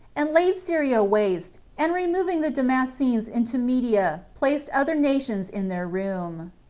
and laid syria waste and removing the damascenes into media placed other nations in their room.